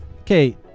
Okay